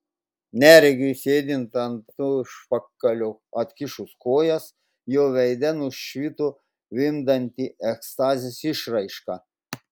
neregiui sėdint ant užpakalio atkišus kojas jo veide nušvito vimdanti ekstazės išraiška